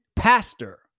Pastor